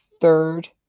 third